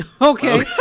Okay